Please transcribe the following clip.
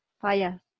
Fire